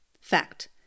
Fact